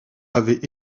avait